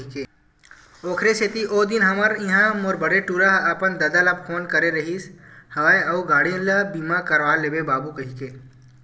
ओखरे सेती ओ दिन हमर इहाँ मोर बड़े टूरा ह अपन ददा ल फोन करे रिहिस हवय अउ गाड़ी ल बीमा करवा लेबे बाबू कहिके